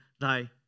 thy